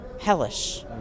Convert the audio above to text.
hellish